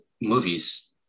movies